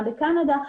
גם בקנדה,